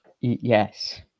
Yes